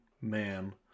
man